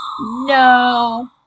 No